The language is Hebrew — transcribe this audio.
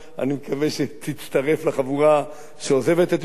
אני מקווה שתצטרף לחבורה שעוזבת את מפלגת קדימה.